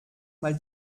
mal